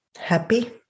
happy